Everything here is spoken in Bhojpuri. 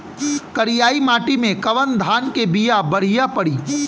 करियाई माटी मे कवन धान के बिया बढ़ियां पड़ी?